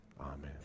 Amen